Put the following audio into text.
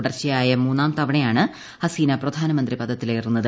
തുടർച്ചയായ മൂന്നാം തവണയാണ് ഹസീനു പ്രധാനമന്ത്രി പദത്തിലേറുന്നത്